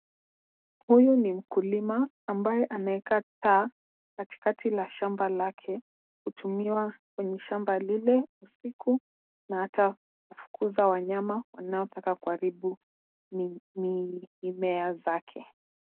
Huyu ni mkulima ambaye anaeka taa kati kati la shamba lake, kutumiwa kwenye shamba lile usiku na hata kufukuza wanyama wanaotaka kuharibu mi mi mimea zake.